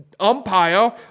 umpire